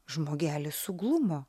žmogelis suglumo